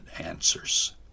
answers